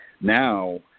now